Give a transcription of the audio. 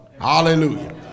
hallelujah